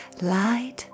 light